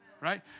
right